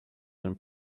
when